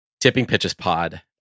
Tippingpitchespod